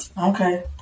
Okay